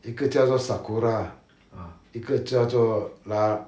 一个叫做 sakura 一个叫做啦